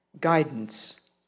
guidance